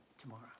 tomorrow